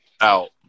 out